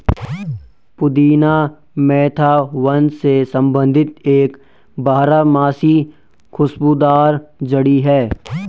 पुदीना मेंथा वंश से संबंधित एक बारहमासी खुशबूदार जड़ी है